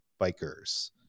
bikers